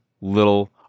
little